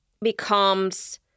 becomes